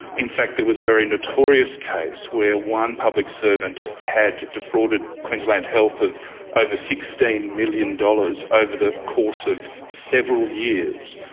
in fact there was a very notorious case where one public servant had defrauded queensland health of over sixteen million dollars over the course of several years,